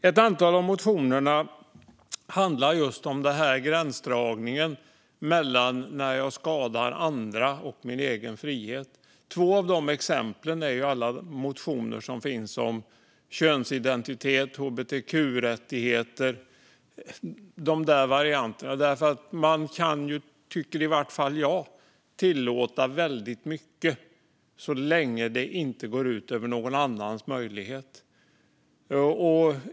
Ett antal av motionerna handlar om gränsdragningen mellan min egen frihet och när jag skadar andra. Två exempel är motioner om könsidentitet, hbtq-rättigheter och liknande. Man kan, tycker jag, tillåta väldigt mycket så länge det inte går ut över någon annans möjlighet.